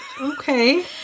Okay